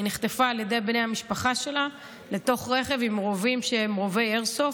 היא נחטפה על ידי בני המשפחה שלה לתוך רכב עם רובים שהם רובי איירסופט,